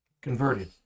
converted